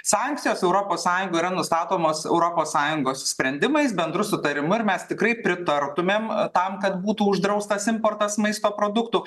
sankcijos europos sąjungoje yra nustatomos europos sąjungos sprendimais bendru sutarimu ir mes tikrai pritartumėm tam kad būtų uždraustas importas maisto produktų